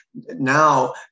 Now